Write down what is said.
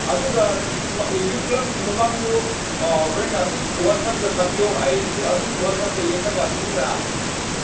ꯑꯗꯨꯒ ꯍꯧꯖꯤꯛ ꯌꯨꯀ꯭ꯂꯥꯝꯒꯤ ꯃꯃꯥꯡꯗꯨ ꯍꯣꯔꯦꯟꯅ ꯑꯗꯨꯝ ꯋꯥꯆꯦꯞꯇ ꯊꯥꯕꯤꯌꯣ ꯑꯩ ꯑꯗꯨꯝ ꯋꯥꯆꯦꯞꯇ ꯌꯦꯡꯉꯒ ꯑꯗꯨꯝꯅ